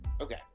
Okay